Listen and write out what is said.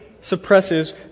suppresses